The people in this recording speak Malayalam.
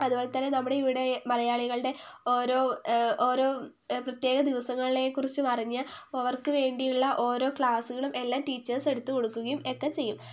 അതുപോലെതന്നെ നമ്മുടെ ഇവിടെ മലയാളികളുടെ ഓരോ ഓരോ പ്രതൃേക ദിവസങ്ങളെക്കുറിച്ച് പറഞ്ഞ് അവര്ക്ക് വേണ്ടിയുള്ള ഓരോ ക്ലാസ്സുകളും എല്ലാം ടീച്ചേഴ്സ് എടുത്ത് കൊടുക്കുകയും ഒക്കെ ചെയ്യും